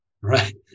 right